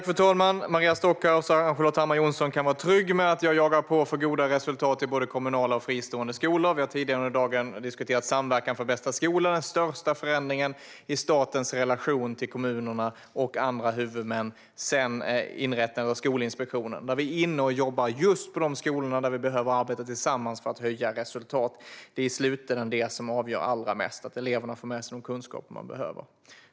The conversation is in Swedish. Fru talman! Maria Stockhaus och Ann-Charlotte Hammar Johnsson kan vara trygga med att jag jagar på för goda resultat i både kommunala och fristående skolor. Vi har tidigare under dagen diskuterat Samverkan för bästa skola, den största förändringen i statens relation till kommunerna och andra huvudmän sedan inrättandet av Skolinspektionen. Vi är inne och jobbar på just de skolor där vi behöver arbeta tillsammans för att höja resultaten. Det som i slutänden avgör allra mest är att eleverna får med sig de kunskaper de behöver.